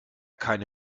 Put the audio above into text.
keine